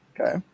Okay